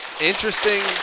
Interesting